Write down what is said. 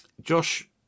Josh